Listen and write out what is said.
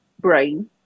brain